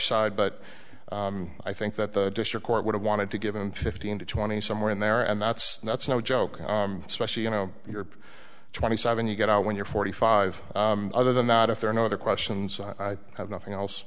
side but i think that the district court would have wanted to give him fifteen to twenty somewhere in there and that's that's no joke especially you know europe twenty seven you get out when you're forty five other than not if there are no other questions i have nothing else